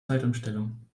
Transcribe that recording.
zeitumstellung